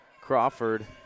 Crawford